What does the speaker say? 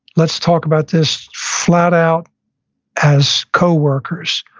let's talk about this flat out as co-workers.